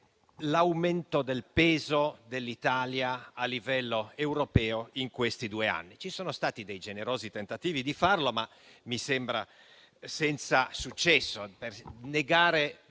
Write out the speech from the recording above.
l'aumento del peso dell'Italia a livello europeo negli ultimi due anni. Ci sono stati dei generosi tentativi di farlo, ma mi sembra senza successo.